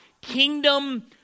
kingdom